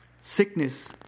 Sickness